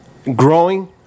Growing